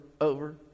over